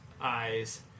eyes